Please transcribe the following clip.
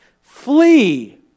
flee